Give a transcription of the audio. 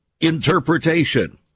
interpretation